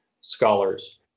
scholars